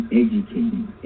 educating